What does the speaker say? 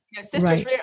sisters